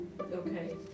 Okay